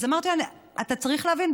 אז אמרתי לו: אתה צריך להבין,